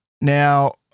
Now